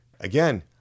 Again